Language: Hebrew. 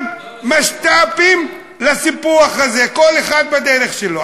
זה המאבק של הרשות